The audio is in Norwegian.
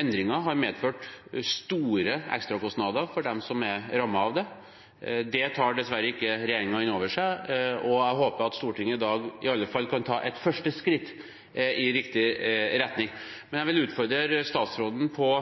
endringen har medført store ekstrakostnader for dem som er rammet av den. Det tar dessverre ikke regjeringen inn over seg, og jeg håper at Stortinget i dag i alle fall kan ta et første skritt i riktig retning. Jeg vil utfordre statsråden på